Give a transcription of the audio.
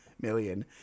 million